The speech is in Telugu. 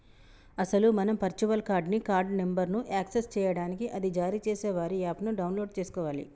అసలు మనం వర్చువల్ కార్డ్ ని కార్డు నెంబర్ను యాక్సెస్ చేయడానికి అది జారీ చేసే వారి యాప్ ను డౌన్లోడ్ చేసుకోవాలి